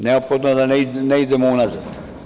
Neophodno je da ne idemo unazad.